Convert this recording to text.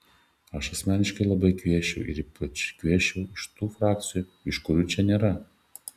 aš asmeniškai labai kviesčiau ir ypač kviesčiau iš tų frakcijų iš kurių čia nėra